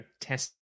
test